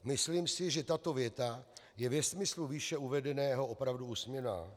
Myslím si, že tato věta je ve smyslu výše uvedeného opravdu úsměvná.